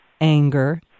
anger